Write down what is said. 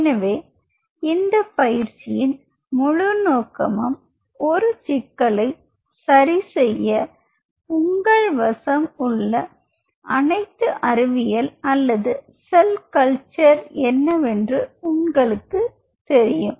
எனவே இந்த பயிற்சியின் முழு நோக்கமும் ஒரு சிக்கலைச் சரிசெய்ய உங்கள் வசம் உள்ள அனைத்து அறிவியல் அல்லது செல் கல்ச்சர் என்னவென்று உங்களுக்குத் தெரியும்